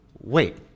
Wait